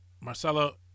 Marcelo